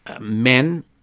men